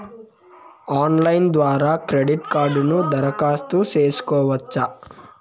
Online ద్వారా credit కార్డుకు దరఖాస్తు సేసుకోవచ్చా?